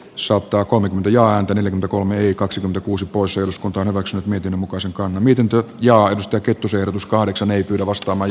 sotakone ja antena kolme i kaksi kuusi poissa uskonto on omaksunut miten muka sen koon miten työt ja extacytusehdotus kahdeksan ei kyllä vastaamaan